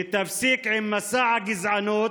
ותפסיק עם מסע הגזענות,